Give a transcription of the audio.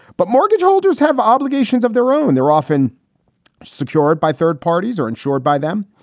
but mortgage holders have obligations of their own. they're often secured by third parties or insured by them.